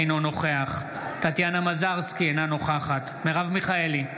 אינו נוכח טטיאנה מזרסקי, אינה נוכחת מרב מיכאלי,